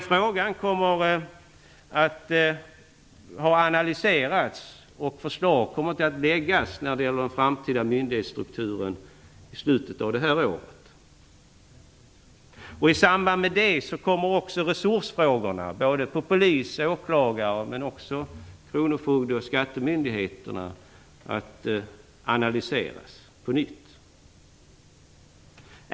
Frågan om den framtida myndighetsstrukturen kommer att analyseras, och förslag härom kommer att läggas fram i slutet av detta år. I samband med det kommer också resursfrågorna, inte bara för polis och åklagare utan också för kronofogde och skattemyndigheterna, att analyseras på nytt.